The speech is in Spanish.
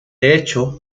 hecho